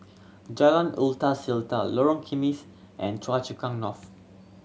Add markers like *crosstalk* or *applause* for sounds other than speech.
Jalan *unintelligible* Seletar Lorong Kismis and Choa Chu Kang North